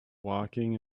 walking